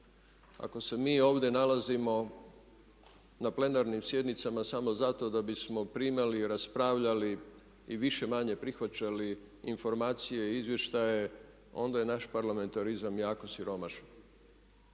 Ako se mi ovdje nalazimo na plenarnim sjednicama samo zato da bismo primali, raspravljali i više-manje prihvaćali informacije i izvještaje onda je naš parlamentarizam jako siromašan.